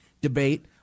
debate